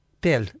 Bill